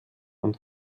und